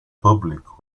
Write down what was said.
public